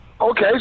Okay